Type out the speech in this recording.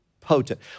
potent